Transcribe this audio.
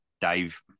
Dave